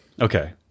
Okay